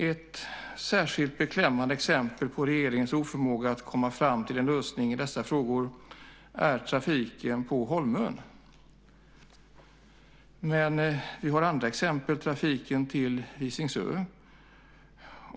Ett särskilt beklämmande exempel på regeringens oförmåga att komma fram till en lösning i dessa frågor är trafiken på Holmön. Men det finns även andra exempel, bland annat trafiken till Visingsö.